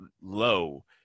low